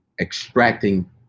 extracting